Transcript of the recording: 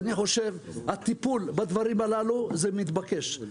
אני חושב שהטיפול בדברים הללו הוא מתבקש.